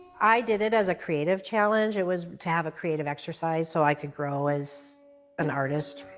i did it as a creative challenge, it was to have a creative exercise so i could grow as an artist.